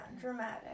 dramatic